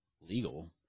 legal